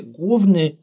główny